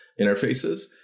interfaces